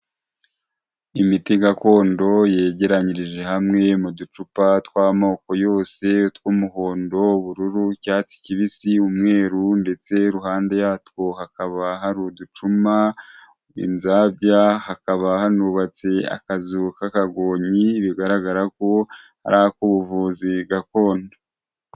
Imiti gakondo yegeranyirije hamwe mu ducupa tw'amoko yose; tw'umuhondo, ubururu, icyatsi kibisi, umweru, ndetse iruhande yatwo hakaba hari uducuma, inzabya, hakaba hanubatse akazu kakagonyi bigaragara ko ari ak'ubuvuzi gakondo.